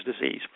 disease